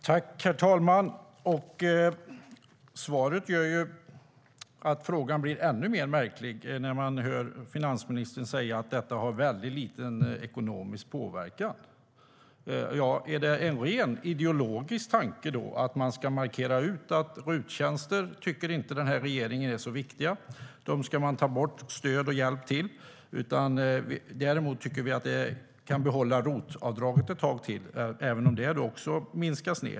Herr talman! Svaret gör ju att det blir ännu märkligare när finansministern säger att detta har väldigt liten ekonomisk påverkan. Är det en rent ideologisk tanke, då? Man ska markera att RUT-tjänster tycker inte den här regeringen är så viktiga. Dem ska man ta bort stöd och hjälp till. Däremot tycker man att vi kan behålla ROT-avdraget ett tag till, även om det också minskas.